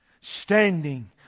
standing